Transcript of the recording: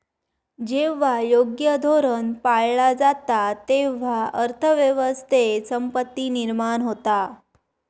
जेव्हा योग्य धोरण पाळला जाता, तेव्हा अर्थ व्यवस्थेत संपत्ती निर्माण होता